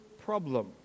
problem